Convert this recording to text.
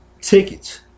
tickets